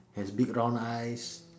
has big round eyes